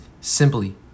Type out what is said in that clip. simply